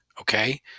okay